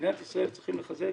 במדינת ישראל צריכים לחזק